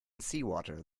seawater